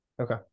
Okay